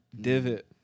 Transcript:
divot